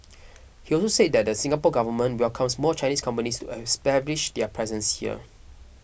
he also said the Singapore Government welcomes more Chinese companies to establish their presence here